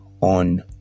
on